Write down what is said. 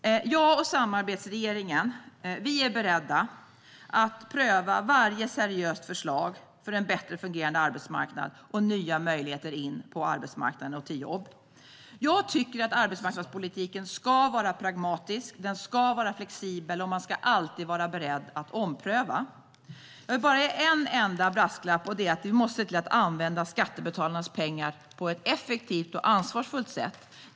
Jag och samarbetsregeringen är beredda att pröva varje seriöst förslag för en bättre fungerande arbetsmarknad och nya möjligheter in på arbetsmarknaden och till jobb. Jag tycker att arbetsmarknadspolitiken ska vara pragmatisk och flexibel. Man ska alltid vara beredd till omprövningar. Jag vill bara ge en enda brasklapp, och det är att vi måste använda skattebetalarnas pengar på ett effektivt och ansvarsfullt sätt.